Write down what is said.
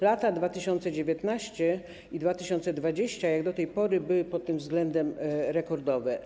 Lata 2019 i 2020 jak do tej pory były pod tym względem rekordowe.